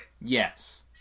Yes